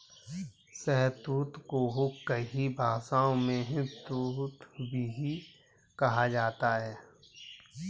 शहतूत को कई भाषाओं में तूत भी कहा जाता है